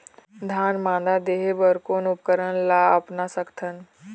धान मादा देहे बर कोन उपकरण ला अपना सकथन?